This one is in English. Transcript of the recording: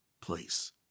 place